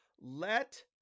Let